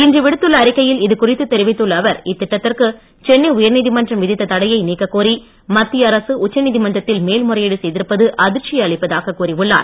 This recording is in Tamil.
இன்று விடுத்துள்ள அறிக்கையில் இதுகுறித்து தெரிவித்துள்ள அவர் இத்திட்டத்திற்கு சென்னை உயர்நீதிமன்றம் விதித்த தடையை நீக்கக்கோரி மத்திய அரசு உச்சநீதிமன்றத்தில் மேல்முறையீடு செய்திருப்பது அதிர்ச்சியை அளிப்பதாக கூறியுள்ளார்